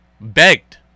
begged